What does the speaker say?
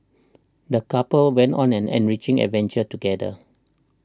the couple went on an enriching adventure together